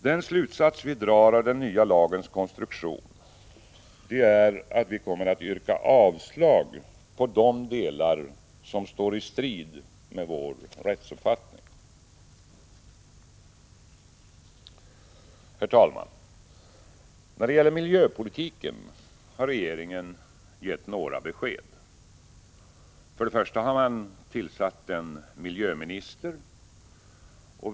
Vårt ställningstagande med anledning av den nya lagens konstruktion är att vi kommer att yrka avslag på de delar som står i strid med vår rättsuppfattning. När det gäller miljöpolitiken har regeringen gett några besked. Man har bl.a. tillsatt en miljöminister.